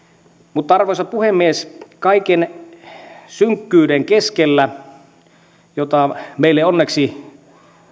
mutta arvoisa puhemies kaiken synkkyyden keskellä johon meille onneksi